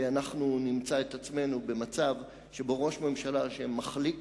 ואנחנו נמצא את עצמנו במצב שבו ראש ממשלה שמחליק